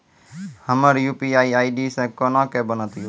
हमर UPI ID कोना के बनत यो?